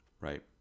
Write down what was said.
Right